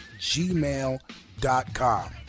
gmail.com